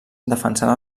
defensant